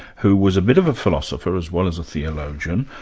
who was a bit of a philosopher as well as a theologian.